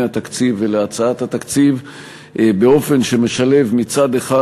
התקציב ולהצעת התקציב באופן שמשלב מצד אחד